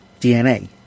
DNA